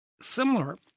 similar